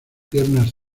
piernas